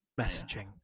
messaging